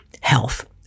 health